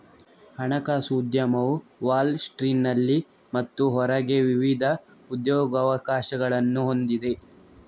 ಹಣಕಾಸು ಉದ್ಯಮವು ವಾಲ್ ಸ್ಟ್ರೀಟಿನಲ್ಲಿ ಮತ್ತು ಹೊರಗೆ ವಿವಿಧ ಉದ್ಯೋಗಾವಕಾಶಗಳನ್ನು ಹೊಂದಿದೆ